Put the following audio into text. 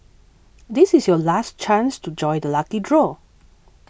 this is your last chance to join the lucky draw